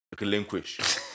relinquish